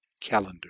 calendar